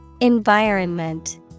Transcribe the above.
Environment